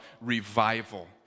revival